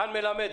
רן מלמד,